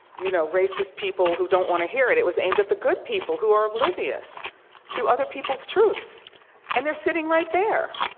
you know, racist people who don't want to hear it. it was aimed at the good people who are oblivious to other people's truths yeah and they're sitting right there.